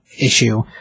issue